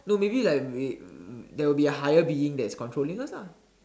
no maybe like we there will be a higher being that is controlling us ah